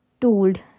told